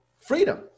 freedom